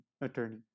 attorney